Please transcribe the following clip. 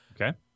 Okay